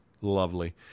Lovely